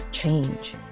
change